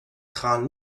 kran